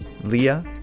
Leah